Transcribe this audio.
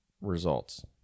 results